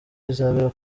izabera